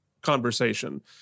conversation